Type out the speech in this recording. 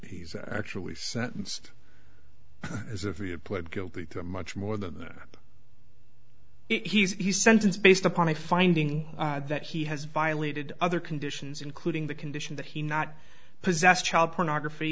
he's actually sentenced as if he had pled guilty to a much more than that he's sentenced based upon a finding that he has violated other conditions including the condition that he not possess child pornography